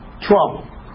trouble